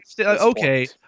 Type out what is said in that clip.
okay